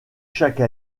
chaque